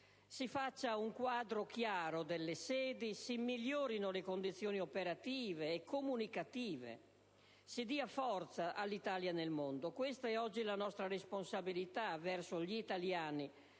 si faccia un quadro chiaro delle sedi; si migliorino le condizioni operative e comunicative; si dia forza all'Italia nel mondo. Questa è oggi la nostra responsabilità verso gli italiani